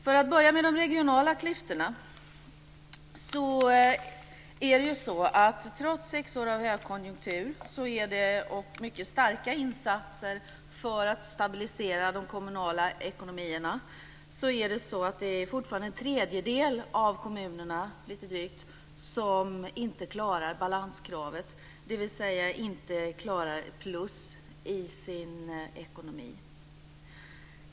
För att börja med de regionala klyftorna är det ju så att trots sex år av högkonjunktur och mycket starka insatser för att stabilisera de kommunala ekonomierna är det fortfarande drygt en tredjedel av kommunerna som inte klarar balanskravet, dvs. som inte klarar att ha plus i sin ekonomi.